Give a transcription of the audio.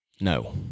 No